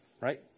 Right